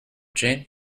jane